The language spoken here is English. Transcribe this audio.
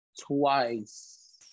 twice